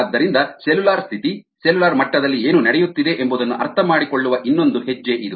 ಆದ್ದರಿಂದ ಸೆಲ್ಯುಲಾರ್ ಸ್ಥಿತಿ ಸೆಲ್ಯುಲಾರ್ ಮಟ್ಟದಲ್ಲಿ ಏನು ನಡೆಯುತ್ತಿದೆ ಎಂಬುದನ್ನು ಅರ್ಥಮಾಡಿಕೊಳ್ಳುವ ಇನ್ನೊಂದು ಹೆಜ್ಜೆ ಇದು